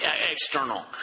external